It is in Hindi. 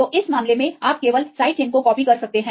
तो इस मामले में आप केवल साइड चेन को कॉपी कर सकते हैं